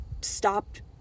stopped